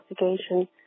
investigation